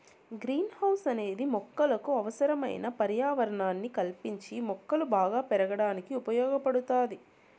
green house అనేది మొక్కలకు అవసరమైన పర్యావరణాన్ని కల్పించి మొక్కలు బాగా పెరగడానికి ఉపయోగ పడుతాది